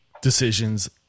decisions